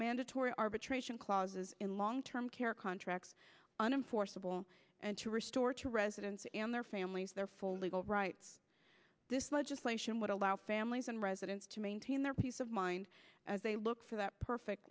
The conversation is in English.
mandatory arbitration clauses in long term our contract on him for civil and to restore to residents and their families their full legal rights this legislation would allow families and residents to maintain their peace of mind as they look for that perfect